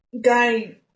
Guy